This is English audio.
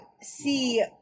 see